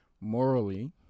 morally